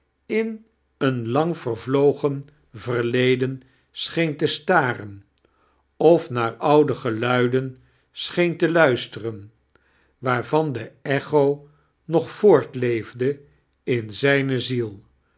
in een lang veevlogen verleden scheen te staren of naar oude geluiden scheen te luisteiren waarvan de echo nog voartleefde in zijne ziel